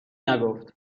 نگفت